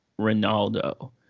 Ronaldo